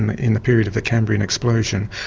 in the period of the cambrian explosion,